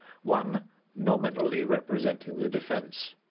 one nominally representing the defense.